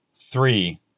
Three